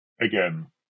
again